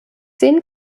zehn